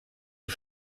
her